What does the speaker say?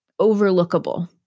overlookable